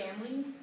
Family